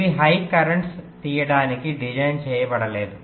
ఇవి high currents తీయడానికి design చేయబడలేదు